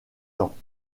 temps